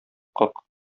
как